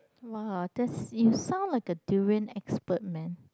!wow! that's you sound like a durian expert man